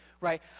right